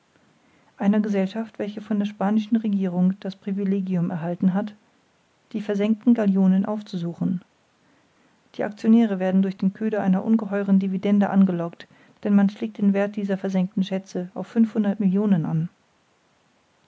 einer gesellschaft welche von der spanischen regierung das privilegium erhalten hat die versenkten galionen aufzusuchen die actionäre werden durch den köder einer ungeheuren dividende angelockt denn man schlägt den werth dieser versenkten schätze auf fünfhundert millionen an